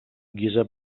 guisa